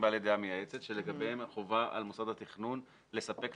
אם עכשיו מי שמבקש לתקוע את הפרויקט גם יוכל להתחיל לטעון שיש נוהג,